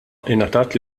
ngħatat